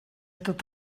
tot